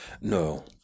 No